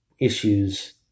issues